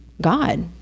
god